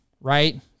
right